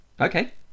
Okay